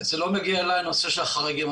לא מגיע אלי הנושא של החריגים.